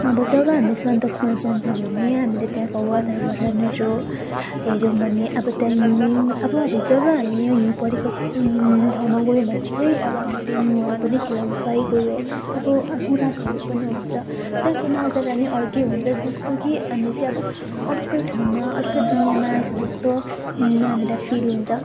अब जब हामी सन्दकपू जान्छौँ भने हामीले त्यहाँको वातावरणहरू जो हेर्यौँ भने अब त्यहाँ हिउँ अब जब हामी हिउँ परेको ठाउँमा गयौँ भने चाहिँ अब हामीले हिउँहरू पनि खेलाउन पाइगयौँ अब गुराँसहरू पनि हुन्छ त्यहाँको नजारा नै अर्कै हुन्छ जस्तो कि हामी चाहिँ अब अर्कै ठाउँमा अर्कै दुनियाँमा आएछौँ जस्तो हामीलाई फिल हुन्छ